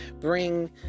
bring